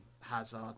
Hazard